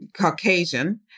Caucasian